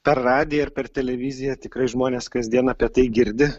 per radiją ir per televiziją tikrai žmonės kasdien apie tai girdi